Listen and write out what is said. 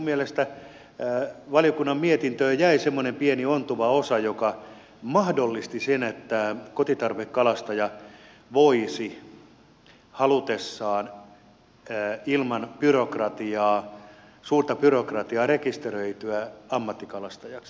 minun mielestäni valiokunnan mietintöön jäi semmoinen pieni ontuva osa joka mahdollisti sen että kotitarvekalastaja halutessaan voisi ilman suurta byrokratiaa rekisteröityä ammattikalastajaksi